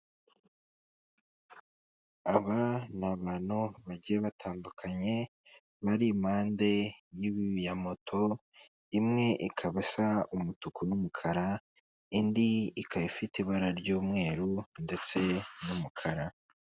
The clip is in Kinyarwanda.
Aba ni abantu bagiye batandukanye bari impande ya moto, imwe ikaba isa umutuku n'umukara, indi ikaba ifite ibara ry'umweru ndetse n'umukara.